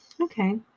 Okay